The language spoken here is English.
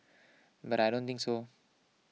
but I don't think so